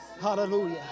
Hallelujah